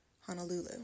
Honolulu